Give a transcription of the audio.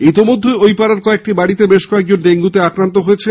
ইতোমধ্যেই ঐ পাড়ার কয়েকটি বাড়িতে বেশ কয়েকজন ডেঙ্গুতে আক্রান্ত হয়েছেন